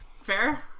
fair